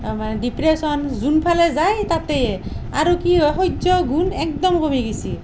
আমাৰ ডিপ্ৰেছন যোন ফালে যাই তাতেয়ে আৰু কি সহ্য গুণ একদম কমি গেছি